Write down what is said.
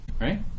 Right